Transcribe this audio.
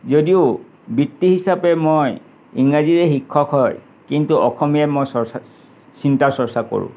যদিও বৃত্তি হিচাপে মই ইংৰাজীৰেই শিক্ষক হয় কিন্তু অসমীয়াত মই চৰ্চা চিন্তা চৰ্চা কৰোঁ